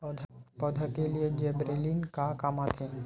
पौधा के लिए जिबरेलीन का काम आथे?